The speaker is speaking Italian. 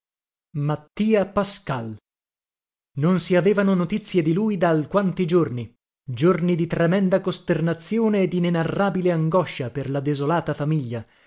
non si avevano notizie di lui da alquanti giorni giorni di tremenda costernazione e dinenarrabile angoscia per la desolata